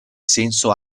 senso